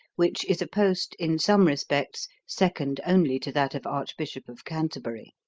which is a post, in some respects, second only to that of archbishop of canterbury.